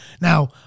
Now